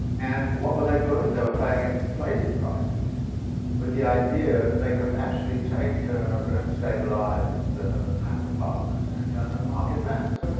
and what were they doing? they were playing inflated prices with the idea that they could actually take a rent stabilized kind of apartments and turn them market rents.